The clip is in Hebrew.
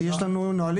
כי יש לנו נהלים,